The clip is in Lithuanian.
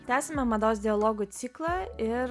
tęsiame mados dialogų ciklą ir